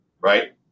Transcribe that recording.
right